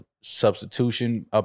substitution